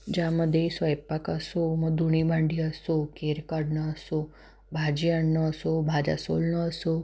ज्यामध्ये स्वयंपाक असो मग धुणी भांडी असो केर काढणं असो भाजी आणणं असो भाज्या सोलणं असो